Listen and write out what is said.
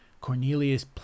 Cornelius